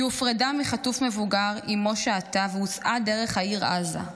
היא הופרדה מחטוף מבוגר שעימו שהתה והוסעה דרך העיר עזה.